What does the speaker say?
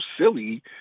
silly